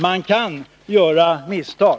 Man kan göra misstag.